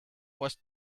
was